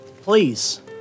please